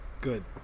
Good